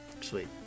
sweet